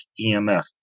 EMF